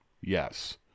Yes